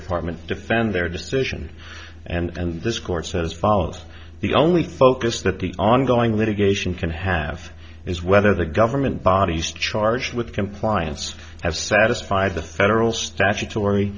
department defend their decision and this course as follows the only focus that the ongoing litigation can have is whether the government bodies charged with compliance have satisfied the federal statutory